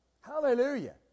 Hallelujah